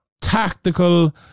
tactical